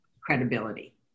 credibility